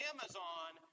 Amazon